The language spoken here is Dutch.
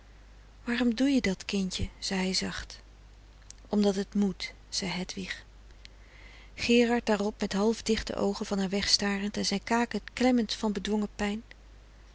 waarom doe je dat kintje zei hij zacht omdat het moet zei hedwig gerard daarop met half dichte oogen van haar weg starend en zijn kakend klemmend van bedwongen pijn